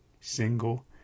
single